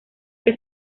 que